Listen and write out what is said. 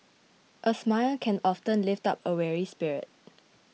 a smile can often lift up a weary spirit